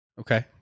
Okay